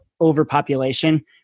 overpopulation